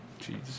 Jeez